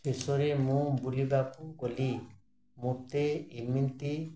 ଶେଷରେ ମୁଁ ବୁଲିବାକୁ ଗଲି ମୋତେ ଏମିତି